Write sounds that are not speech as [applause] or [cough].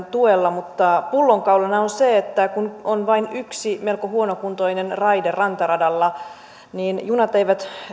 [unintelligible] tuella mutta pullonkaulana on se että kun on vain yksi melko huonokuntoinen raide rantaradalla niin junat eivät